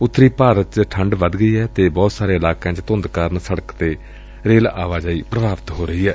ਉੱਤਰੀ ਭਾਰਤ ਵਿਚ ਠੰਢ ਵਧ ਗਈ ਏ ਅਤੇ ਬਹੁਤ ਸਾਰੇ ਇਲਾਕਿਆਂ ਚ ਧੂੰਦ ਕਾਰਨ ਸੜਕ ਤੇ ਰੇਲ ਆਵਾਜਾਈ ਚ ਵਿਘਨ ਪੈ ਰਿਹੈ